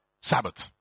Sabbath